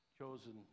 chosen